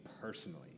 personally